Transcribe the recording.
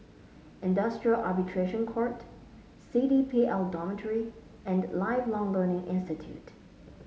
Industrial Arbitration Court C D P L Dormitory and Lifelong Learning Institute